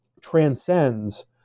transcends